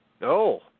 No